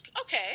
Okay